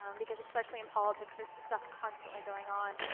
um because especially in politics, there's stuff constantly going on.